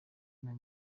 nta